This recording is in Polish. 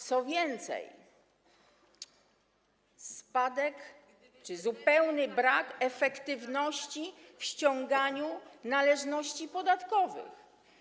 Co więcej, mamy spadek czy zupełny brak efektywności w ściąganiu należności podatkowych.